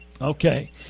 Okay